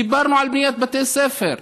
דיברנו על בניית בתי ספר,